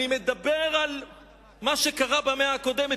אני מדבר על מה שקרה במאה הקודמת.